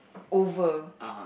over